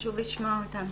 חשוב לשמוע אותם.